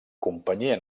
companyia